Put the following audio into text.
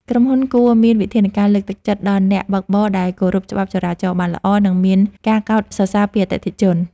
ក្រុមហ៊ុនគួរមានវិធានការលើកទឹកចិត្តដល់អ្នកបើកបរដែលគោរពច្បាប់ចរាចរណ៍បានល្អ និងមានការកោតសរសើរពីអតិថិជន។